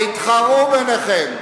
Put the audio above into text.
תתחרו ביניכם.